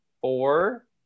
four